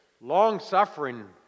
long-suffering